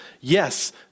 yes